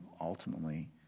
ultimately